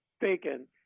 bacon